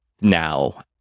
now